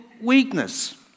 weakness